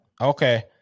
Okay